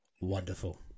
Wonderful